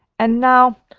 and now,